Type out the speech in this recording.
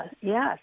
yes